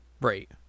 right